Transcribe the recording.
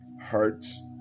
hurts